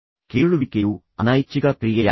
ಕೇಳುವಿಕೆಯು ಅನೈಚ್ಛಿಕ ಕ್ರಿಯೆಯಾಗಿದೆ